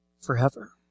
forever